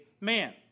man